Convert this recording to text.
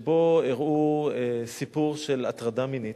שבה הראו סיפור של הטרדה מינית.